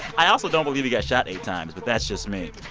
i also don't believe he got shot eight times, but that's just me.